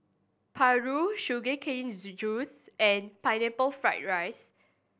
Paru Sugar Cane Juice and Pineapple Fried rice